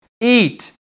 eat